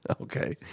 Okay